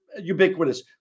ubiquitous